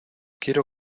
quiero